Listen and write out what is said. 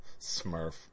Smurf